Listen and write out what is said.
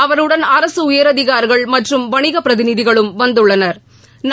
அவருடன் அரசு உயரதிகாரிகள் மற்றும் வணிக பிரதிநிதிகளும் வந்துள்ளனா்